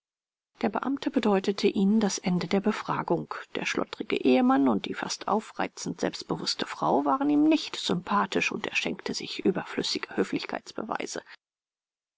der beamte bedeutete ihnen das ende der befragung der schlottrige ehemann und die fast aufreizend selbstbewußte frau waren ihm nicht sympathisch und er schenkte sich überflüssige höflichkeitsbeweise